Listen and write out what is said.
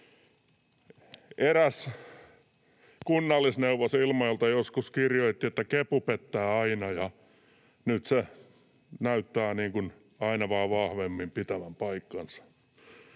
Eräs kunnallisneuvos Ilmajoelta joskus kirjoitti, että kepu pettää aina, ja nyt se näyttää aina vaan vahvemmin pitävän paikkansa.